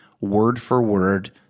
word-for-word